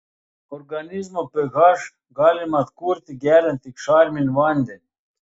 organizmo ph galima atkurti geriant tik šarminį vandenį